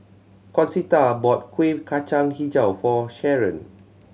Concetta bought Kueh Kacang Hijau for Sharen